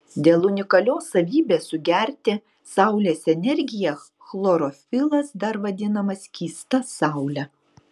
dėl unikalios savybės sugerti saulės energiją chlorofilas dar vadinamas skysta saule